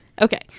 Okay